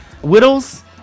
Whittles